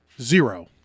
Zero